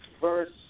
verse